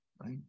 Right